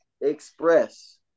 Express